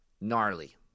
Gnarly